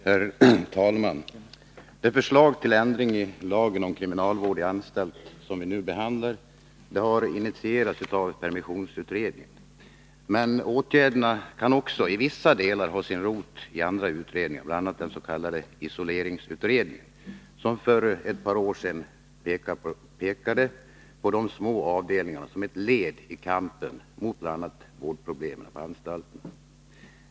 Herr talman! Ett förslag till ändring i lagen om kriminalvård i anstalt som vi nu behandlar har initierats av permissionsutredningen. Men åtgärderna kan också i vissa delar ha sin rot i andra utredningar, bl.a. den s.k. isoleringsutredningen som för ett par år sedan pekade på de små avdelningarna som ett led i kampen mot bl.a. vårdproblemen på anstalterna.